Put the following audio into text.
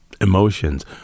emotions